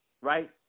right